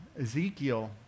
Ezekiel